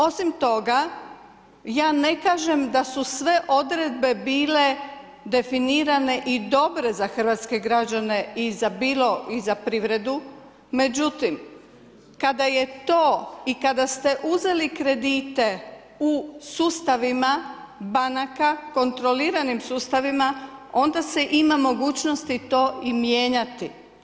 Osim toga, ja ne kažem da su sve odredbe bile definirane i dobre za hrvatske građane i za privredu, međutim, kada je to i kada ste uzeli kredite u sustavima banaka, kontroliranim sustavima, onda se ima mogućnosti to i mijenjati.